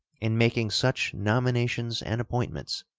in making such nominations and appointments,